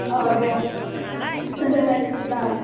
औ दे दोन्नायसै बिदिब्ला